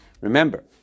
Remember